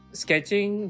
sketching